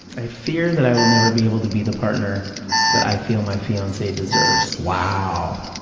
i fear that i will never be able to be the partner that i feel my fiance deserves. wow.